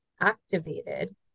activated